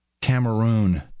Cameroon